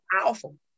powerful